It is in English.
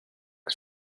for